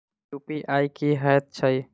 UPI की हएत छई?